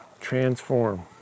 transform